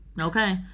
Okay